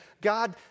God